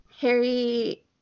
Harry